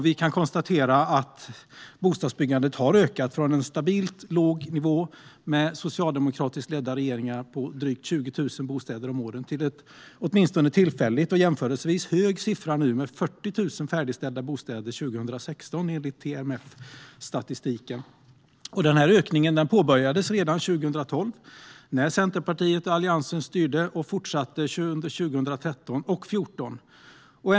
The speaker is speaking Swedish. Vi kan konstatera att bostadsbyggandet med socialdemokratiskt ledda regeringar har ökat från en stabilt låg nivå på drygt 20 000 bostäder om året till en åtminstone tillfälligt och jämförelsevis hög siffra med 40 000 färdigställda bostäder 2016, enligt TMF:s statistik. Ökningen påbörjades redan 2012, när Centerpartiet och Alliansen styrde, och fortsatte 2013 och 2014.